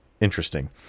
interesting